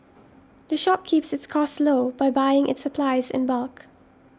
the shop keeps its costs low by buying its supplies in bulk